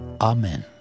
Amen